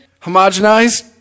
Homogenized